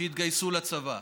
שהתגייסו לצבא,